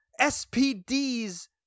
SPD's